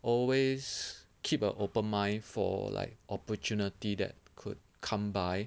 always keep an open mind for like opportunity that could come by